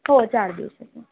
हो चार दिवसाचं